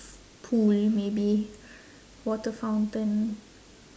pool maybe water fountain